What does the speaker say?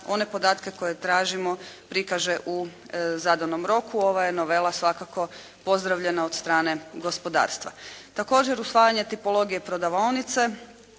one podatke koje tražimo prikaže u zadanom roku. Ovaj je novela svakako pozdravljena od strane gospodarstva. Također usvajanje tipologije prodavaonice